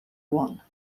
one